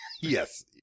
Yes